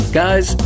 guys